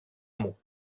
μου